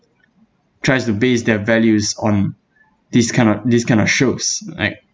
tries to base their values on this kind of this kind of shows like